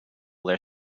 their